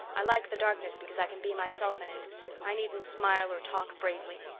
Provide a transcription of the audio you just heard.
i like the darkness because i can be myself in it i needn't smile or talk bravely.